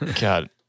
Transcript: God